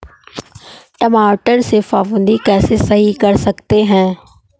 टमाटर से फफूंदी कैसे सही कर सकते हैं?